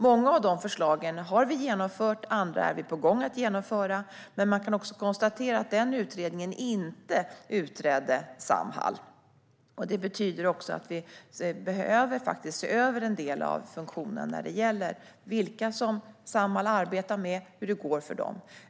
Många av de förslagen har vi genomfört, och andra är vi på gång att genomföra. Man kan också konstatera att den utredningen inte utredde Samhall. Det betyder att vi behöver se över en del av funktionen när det gäller vilka som Samhall arbetar med och hur det går för dem.